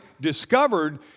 discovered